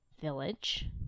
Village